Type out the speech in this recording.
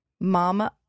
Mama